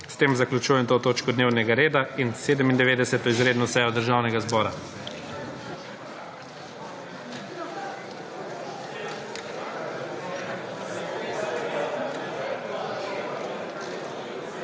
S tem zaključujem to točko dnevnega reda in 97. izredno sejo Državnega zbora.